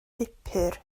pupur